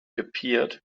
appeared